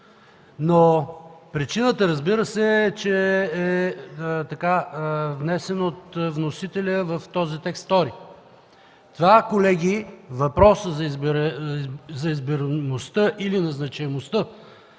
но причината, разбира се, е, че е внесен от вносителя в този текст втори. Това, колеги, въпросът за избираемостта или назначаемостта